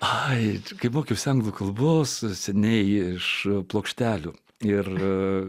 ai kai mokiausi anglų kalbos seniai iš plokštelių ir